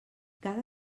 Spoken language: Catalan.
cada